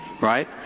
Right